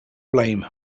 blame